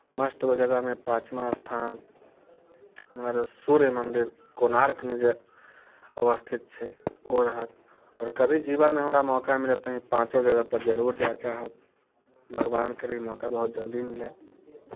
must go जगहमे पाँचवा स्थान हमर सूर्य मन्दिर कोणार्कमे जे अवस्थित छै ओ रहत आओर कभी जीवनमे हमरा मौका मिलत तऽ ई पाँचो जगहपर जरूर जाय चाहब भगवान करय ई मौका बहुत जल्दी मिलय